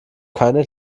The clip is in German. keine